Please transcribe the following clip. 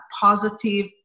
positive